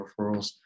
referrals